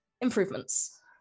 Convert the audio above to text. improvements